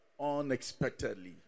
unexpectedly